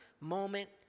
moment